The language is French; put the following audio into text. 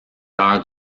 cœur